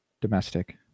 domestic